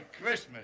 Christmas